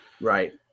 right